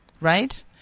right